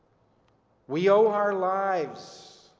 we owe our lives